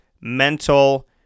mental